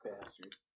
bastards